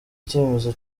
icyemezo